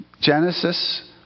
Genesis